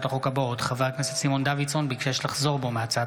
החוק הבאות: חבר הכנסת סימון דוידסון ביקש לחזור בו מהצעת